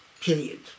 Period